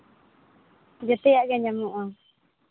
ᱡᱮᱛᱮᱭᱟᱜ ᱜᱮ ᱧᱟᱢᱚᱜᱼᱟ